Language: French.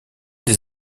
des